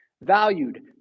valued